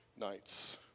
nights